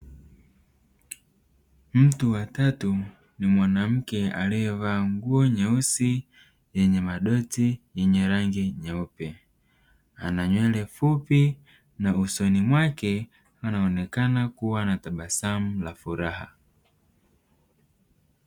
Mtu wa tatu ni mwanamke aliyevaa nguo nyeusi yenye madoti yenye rangi nyeupe, ana nywele fupi na usoni mwake anaonekana kuwa na tabasamu la furaha.